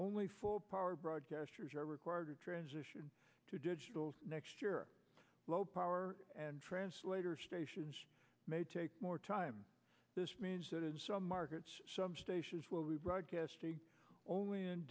only for power broadcasters are required to transition to digital next year low power and translator stations may take more time this means that in some markets some stations will be broadcasting